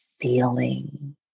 feeling